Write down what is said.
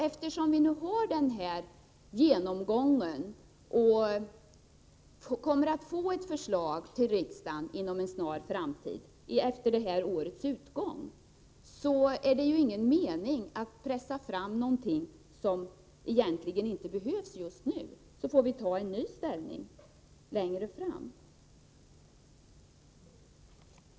Eftersom vi nu får den här genomgången och kommer att få ett förslag till riksdagen inom en snar framtid, efter det här årets utgång, är det ingen mening med att nu pressa fram pengar som egentligen inte behövs. Vi får ta ställning i frågan längre fram.